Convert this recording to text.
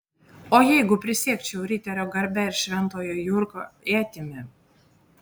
o jeigu prisiekčiau riterio garbe ir šventojo jurgio ietimi